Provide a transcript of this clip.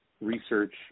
research